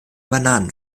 bananen